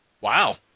Wow